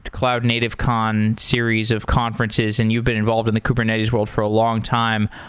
cloudnativecon series of conferences and you been involved in the kubernetes world for a long time.